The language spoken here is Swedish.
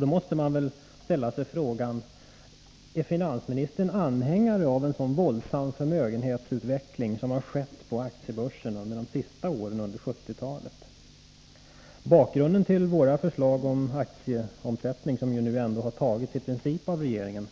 Då måste jag ställa frågan: Är finansministern anhängare av en sådan våldsam förmögenhetsutveckling som har skett på aktiebörsen sedan de sista åren på 1970-talet? Bakgrunden till våra förslag om skatt på aktieomsättning, som nu ändå har godtagits i princip av regeringen,